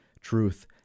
Truth